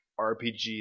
rpg